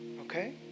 Okay